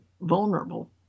vulnerable